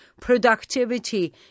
productivity